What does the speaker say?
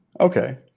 Okay